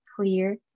Clear